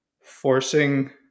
forcing